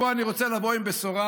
פה אני רוצה לבוא עם בשורה,